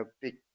big